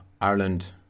ireland